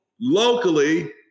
locally